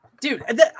Dude